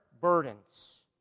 burdens